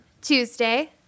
Tuesday